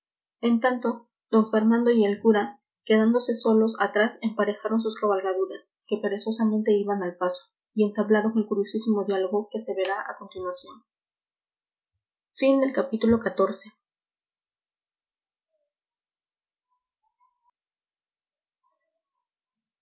en tanto d fernando y el cura quedándose solos atrás emparejaron sus cabalgaduras que perezosamente iban al paso y entablaron el curiosísimo diálogo que se verá a continuación